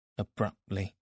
Abruptly